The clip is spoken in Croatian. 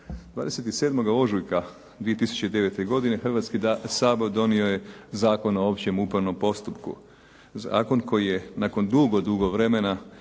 27. ožujka 2009. godine Hrvatski sabor donio je Zakon o opće upravnom postupku. Zakon koji je nakon dugo, dugo vremena